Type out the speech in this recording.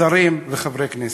שרים וחברי כנסת: